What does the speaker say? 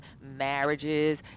marriages